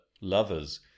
lovers